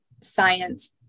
science